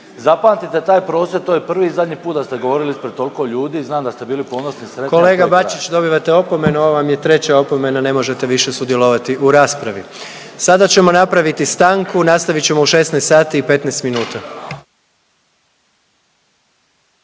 Zapamtite taj prosvjed to je prvi i zadnji put govorili ispred toliko ljudi i znam da ste bili ponosni i sretni, ali to je kraj. **Jandroković, Gordan (HDZ)** Kolega Bačić dobivate opomenu, ovo vam je treća opomena ne možete više sudjelovati u raspravi. Sada ćemo napraviti stanku. Nastavit ćemo u 16 sati i 15 minuta.